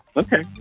okay